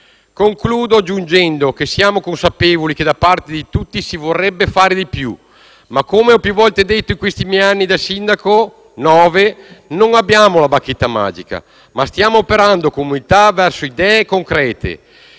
Concludo aggiungendo che siamo consapevoli che da parte di tutti si vorrebbe fare di più. Ma, come ho più volte detto in questi miei nove anni da sindaco, non abbiamo la bacchetta magica. Stiamo operando con umiltà verso idee concrete.